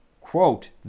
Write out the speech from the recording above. quote